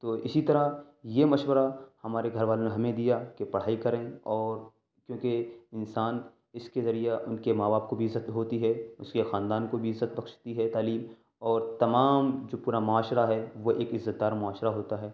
تو اسی طرح یہ مشورہ ہمارے گھر والوں نے ہمیں دیا کہ پڑھائی کریں اور کیونکہ انسان اس کے ذریعہ ان كے ماں باپ كو بھی عزّت ہوتی ہے اس كے خاندان كو بھی عزّت بخشتی ہے تعلیم اور تمام جو پورا معاشرہ ہے وہ ایک عزّت دار معاشرہ ہوتا ہے